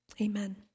Amen